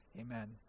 amen